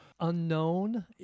unknown